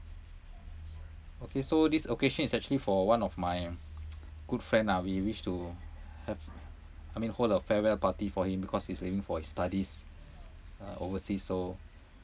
okay so this occasion is actually for one of my good friend lah we wish to have I mean hold a farewell party for him because he's leaving for his studies uh overseass so